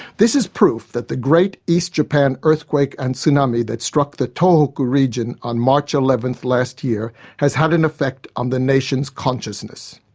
this is proof that the great east japan earthquake and tsunami that struck the tohoku region on march eleventh last year has had an effect on the nation's consciousness.